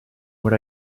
what